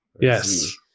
yes